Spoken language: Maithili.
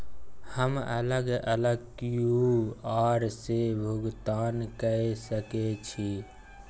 हम अलग अलग क्यू.आर से भुगतान कय सके छि?